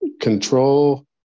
control